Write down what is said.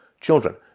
children